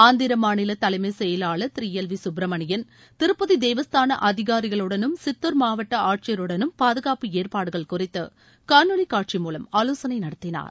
ஆந்திர மாநில தலைமை செயலாளர் திரு எல் வி சுப்பிரமணியன் திருப்பதி தேவஸ்தான அதிகாரிகளுடனும் சித்தூர் மாவட்ட ஆட்சியருடனும் பாதுகாப்பு ஏற்பாடுகள் குறித்து காணொலி காட்சி மூலம் ஆலோசனை நடத்தினார்